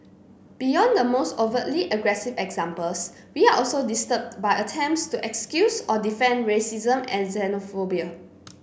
beyond the most overtly aggressive examples we are also disturbed by attempts to excuse or defend racism and xenophobia